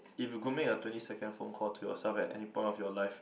if you could make a twenty second phone call to yourself at any point of your life